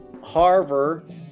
Harvard